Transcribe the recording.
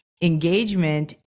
engagement